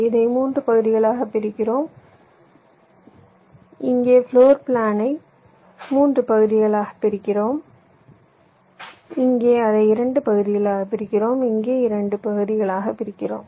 இதை 3 பகுதிகளாகப் பிரிக்கிறோம் இங்கே ஃப்ளோர் பிளானை 3 பகுதிகளாகப் பிரிக்கிறோம் இங்கே அதை 2 பகுதிகளாகப் பிரிக்கிறோம் இங்கே 2 பகுதிகளாகப் பிரிக்கிறோம்